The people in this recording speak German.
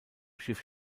schiff